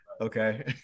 okay